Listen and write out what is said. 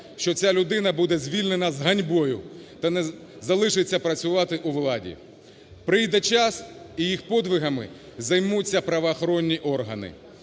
що ця людина буде звільнена з ганьбою та залишиться працювати у владі. Прийде час, і їх подвигами займуться правоохоронні органи.